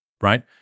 right